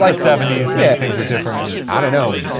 like seventy s, maybe things were different. i don't know,